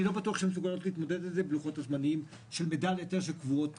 אני לא בטוח שהן מסוגלות להתמודד עם זה בלוחות הזמנים שקבועים פה.